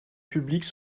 publique